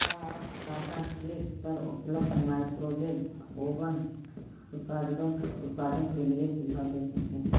क्या आप टाटा क्लिक पर उपलब्ध माइक्रोवेव ओवन उत्पादों के लिए सुझाव दे सकते हैं